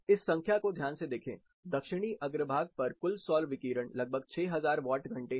इस संख्या को ध्यान से देखें दक्षिणी अग्रभाग पर कुल सौर विकिरण लगभग 6000 वाट घंटे है